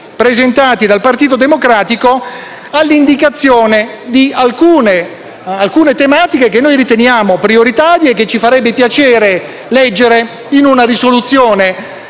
presentati dal Partito Democratico, dall'indicazione di alcune tematiche che riteniamo prioritarie e che ci farebbe piacere leggere in una risoluzione,